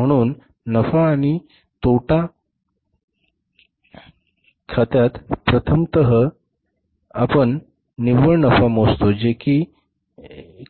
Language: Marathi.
म्हणून नफा आणि तोटा खात्यात प्रथम आपण निव्वळ नफा मोजतो जे की